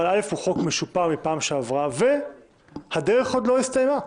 אבל הוא חוק משופר מפעם שעברה וחוץ מזה הדרך עוד לא הסתיימה.